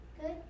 Good